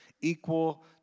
equal